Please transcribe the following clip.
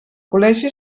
col·legi